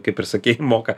kaip ir sakei moka